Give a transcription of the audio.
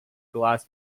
glass